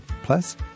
Plus